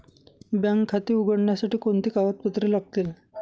Bank खाते उघडण्यासाठी कोणती कागदपत्रे लागतील?